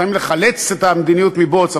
לפעמים לחלץ את המדיניות מבוץ,